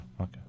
Okay